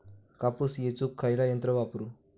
कापूस येचुक खयला यंत्र वापरू?